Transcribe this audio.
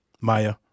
Maya